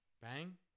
Bang